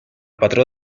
patró